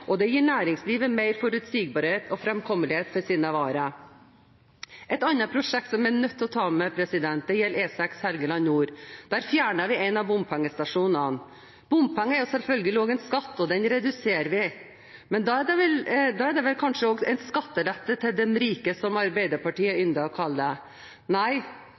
og den gir næringslivet mer forutsigbarhet og framkommelighet for sine varer. Et annet prosjekt jeg er nødt til å ta med, gjelder E6 Helgeland nord. Der fjerner vi en av bompengestasjonene. Bompenger er selvfølgelig også en skatt, og den reduserer vi, men da er vel kanskje det også en skattelette til de rike, som Arbeiderpartiet ynder å kalle det? Nei, vi satser på bygging av Nordland, vi satser på bygging av landet, og det